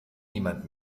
niemand